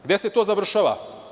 Gde se to završava?